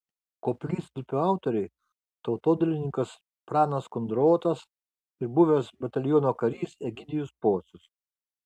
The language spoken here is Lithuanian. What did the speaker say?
koplytstulpio autoriai tautodailininkas pranas kundrotas ir buvęs bataliono karys egidijus pocius